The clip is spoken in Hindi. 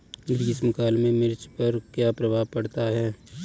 ग्रीष्म काल में मिर्च पर क्या प्रभाव पड़ता है?